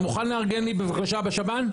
אתה מוכן לארגן לי בבקשה בשב"ן?